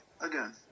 again